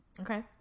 Okay